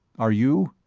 are you?